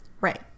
right